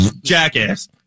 Jackass